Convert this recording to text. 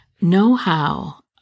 know-how